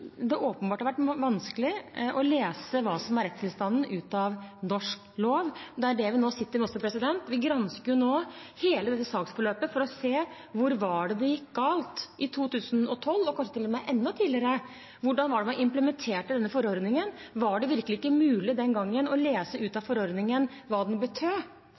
det åpenbart har vært vanskelig å lese hva som er rettstilstanden ut av norsk lov. Det er det vi nå sitter med også. Vi gransker nå hele dette saksforløpet for å se hvor det gikk galt i 2012, og kanskje til og med enda tidligere. Hvordan var det man implementerte denne forordningen? Var det virkelig ikke mulig den gangen å lese ut av forordningen hva den